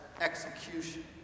execution